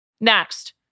Next